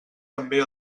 també